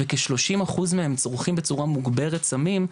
וכשלושים אחוז מהם צורכים בצורה מוגברת סמים,